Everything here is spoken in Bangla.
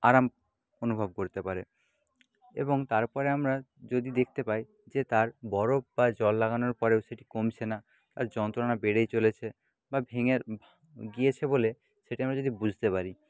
আরাম অনুভব করতে পারে এবং তারপরে আমরা যদি দেখতে পাই যে তার বরফ বা জল লাগানোর পরেও সেটি কমছে না তার যন্ত্রণা বেড়েই চলেছে বা ভেঙে গিয়েছে বলে সেটা আমরা যদি বুঝতে পারি